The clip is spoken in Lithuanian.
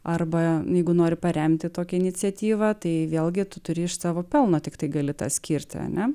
arba jeigu nori paremti tokią iniciatyvą tai vėlgi tu turi iš savo pelno tiktai gali tą skirti a ne